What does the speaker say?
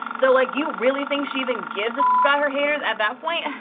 so like you really think she even gives a about her haters at that point?